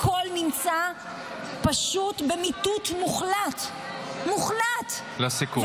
הכול נמצא פשוט במיטוט מוחלט, מוחלט -- לסיכום.